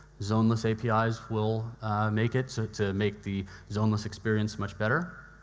zoneless apis will make it to make the zoneless experience much better.